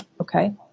Okay